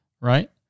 right